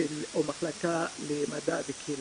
או מחלקה למדע וקהילה,